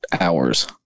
hours